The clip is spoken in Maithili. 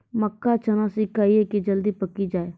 मक्का चना सिखाइए कि जल्दी पक की जय?